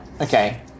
Okay